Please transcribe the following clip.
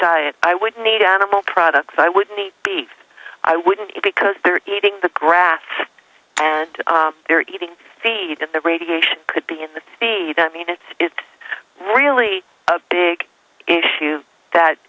diet i would need animal products i would need be i wouldn't it because they're eating the grass and they're eating feed in the radiation could be in the feed i mean it's it's really a big issue that